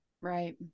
Right